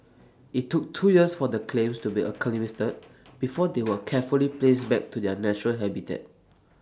IT took two years for the clams to be acclimatised before they were carefully placed back to their natural habitat